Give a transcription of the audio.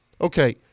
okay